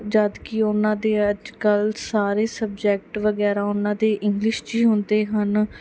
ਜਦ ਕੀ ਉਹਨਾਂ ਦੇ ਅੱਜ ਕੱਲ ਸਾਰੇ ਸਬਜੈਕਟ ਵਗੈਰਾ ਉਹਨਾਂ ਦੇ ਇੰਗਲਿਸ਼ 'ਚ ਹੀ ਹੁੰਦੇ ਹਨ